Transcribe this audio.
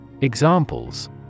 Examples